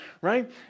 right